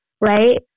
Right